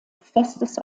festes